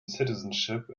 citizenship